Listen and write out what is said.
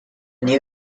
new